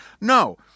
no